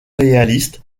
réaliste